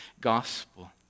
gospel